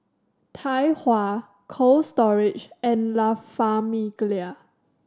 Tai Hua Cold Storage and La Famiglia